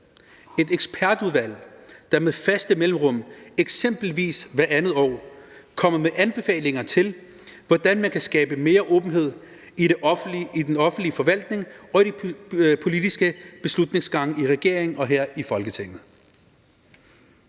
et ekspertudvalg, der med faste mellemrum, eksempelvis hvert andet år, kommer med anbefalinger til, hvordan man kan skabe mere åbenhed i den offentlige forvaltning og i de politiske beslutningsgange i regeringen og her i Folketinget.